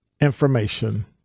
information